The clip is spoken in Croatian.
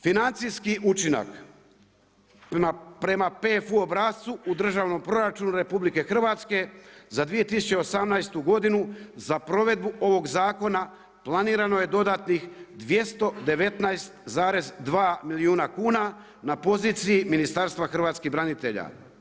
Financijski učinak prema PFU obrascu u državnom proračunu RH za 2018. godinu za provedbu ovog zakona planirano je dodatnih 219,2 milijuna kuna na poziciji Ministarstva hrvatskih branitelja.